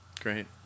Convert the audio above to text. great